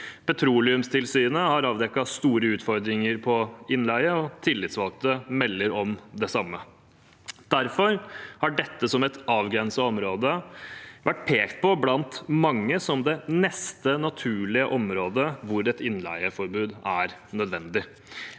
Petroleumstilsynet har avdekket store utfordringer ved innleie, og tillitsvalgte melder om det samme. Derfor har dette som et avgrenset område blant mange vært pekt på som det neste naturlige området hvor et innleieforbud er nødvendig.